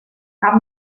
cap